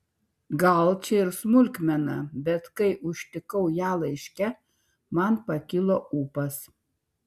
gal čia ir smulkmena bet kai užtikau ją laiške man pakilo ūpas